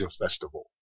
Festival